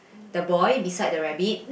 the boy beside the rabbit